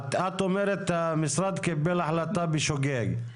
את אומרת שהמשרד קיבל החלטה בשוגג,